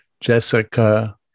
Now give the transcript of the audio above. Jessica